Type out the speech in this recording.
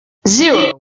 zero